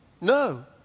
No